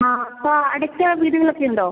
അപ്പോൾ അടുത്ത് വീടുകളൊക്കെയുണ്ടോ